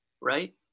right